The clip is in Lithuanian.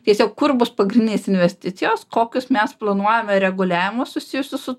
tiesiog kur bus pagrindinės investicijos kokius mes planuojame reguliavimus susijusius su